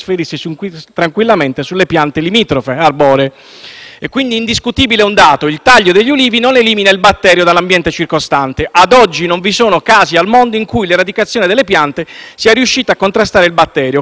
È quindi indiscutibile un dato: il taglio degli olivi non elimina il batterio dall'ambiente circostante. A oggi non vi sono casi al mondo in cui l'eradicazione delle piante sia riuscita a contrastare il batterio, come chiarito dall'EFSA nel 2013 e poi - ancora - nel 2015.